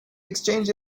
exchanged